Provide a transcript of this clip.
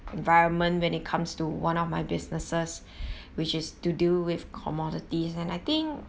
environment when it comes to one of my businesses which is to do with commodities and I think